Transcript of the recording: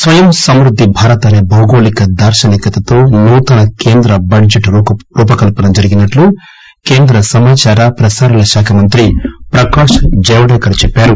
స్వయం సమృద్ది భారత్ అసే భౌగోళిక దార్ననికతతో నూతన కేంద్ర బడ్జెట్ రూపకల్పన చేసినట్టు కేంద్ర సమాచార ప్రసారాలశాఖ మంత్రి ప్రకాశ్ జావదేకర్ చెప్పారు